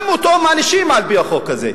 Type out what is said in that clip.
גם אותו מענישים על-פי החוק הזה.